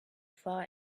far